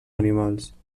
animals